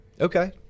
Okay